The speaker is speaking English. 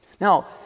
Now